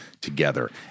together